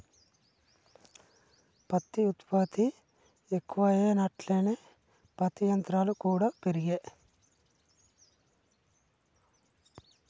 పత్తి ఉత్పత్తి ఎక్కువాయె అట్లనే పత్తి యంత్రాలు కూడా పెరిగే